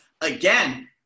again